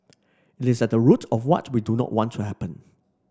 it is at the root of what we do not want to happen